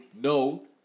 no